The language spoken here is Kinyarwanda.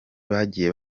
bagiye